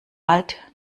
alt